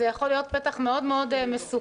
זה יכול פתח מאוד מסוכן,